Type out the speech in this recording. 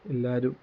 എല്ലാവരും